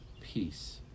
peace